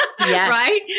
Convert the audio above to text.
Right